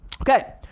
Okay